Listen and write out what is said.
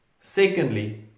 Secondly